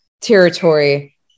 territory